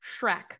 Shrek